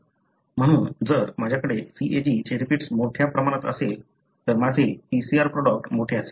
म्हणून जर माझ्याकडे CAG चे रिपीट्स मोठ्या प्रमाणात असेल तर माझे PCR प्रॉडक्ट मोठे असेल